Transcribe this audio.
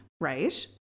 Right